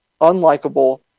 unlikable